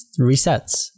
resets